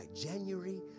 January